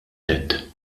nett